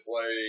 play